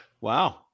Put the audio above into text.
Wow